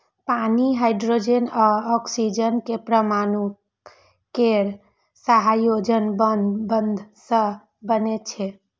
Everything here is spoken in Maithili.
पानि हाइड्रोजन आ ऑक्सीजन के परमाणु केर सहसंयोजक बंध सं बनै छै